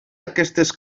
aquestes